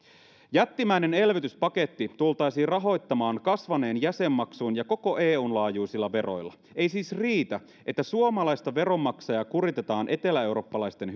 jättimäinen elvytyspaketti tultaisiin rahoittamaan kasvanein jäsenmaksuin ja koko eun laajuisilla veroilla ei siis riitä että suomalaista veronmaksajaa kuritetaan eteläeurooppalaisten